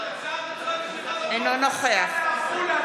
אינו נוכח סע לעפולה,